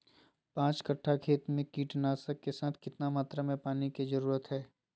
पांच कट्ठा खेत में कीटनाशक के साथ कितना मात्रा में पानी के जरूरत है?